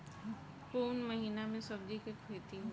कोउन महीना में सब्जि के खेती होला?